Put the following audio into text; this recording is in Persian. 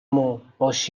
ﺧﻮﺭﺩﯾﻢ